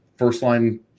first-line